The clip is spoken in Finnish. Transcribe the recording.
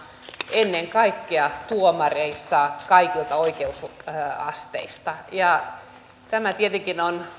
ennen kaikkea tuomareissa kaikista oikeusasteista tämä tietenkin on